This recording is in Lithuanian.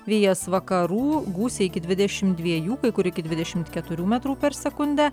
vėjas vakarų gūsiai iki dvidešimt dviejų kai kur iki dvidešimt keturių metrų per sekundę